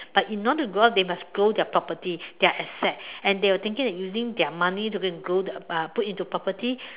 but in order to grow up they must grow their property their asset and they were thinking that using their money to go and grow uh put into property